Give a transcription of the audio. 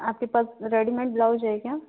आपके पास readymade blouse है क्या